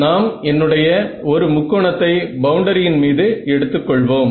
நாம் என்னுடைய ஒரு முக்கோணத்தை பவுண்டரியின் மீது எடுத்து கொள்வோம்